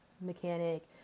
mechanic